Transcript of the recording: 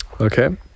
Okay